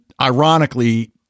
ironically